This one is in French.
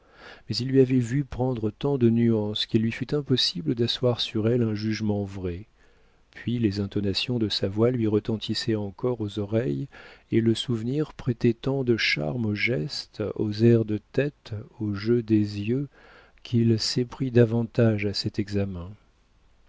mais il lui avait vu prendre tant de nuances qu'il lui fut impossible d'asseoir sur elle un jugement vrai puis les intonations de sa voix lui retentissaient encore aux oreilles et le souvenir prêtait tant de charmes aux gestes aux airs de tête au jeu des yeux qu'il s'éprit davantage à cet examen